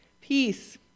peace